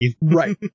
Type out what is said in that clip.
right